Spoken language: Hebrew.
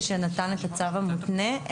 משנתן את הצו המותנה,